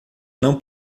não